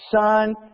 Son